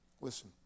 Listen